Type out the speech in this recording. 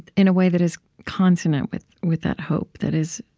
in a way that is consonant with with that hope? that is,